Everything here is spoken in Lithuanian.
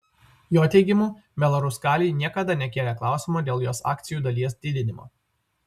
jo teigimu belaruskalij niekada nekėlė klausimo dėl jos akcijų dalies didinimo